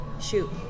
Shoot